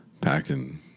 Packing